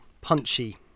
punchy